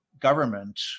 government